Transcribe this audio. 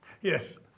Yes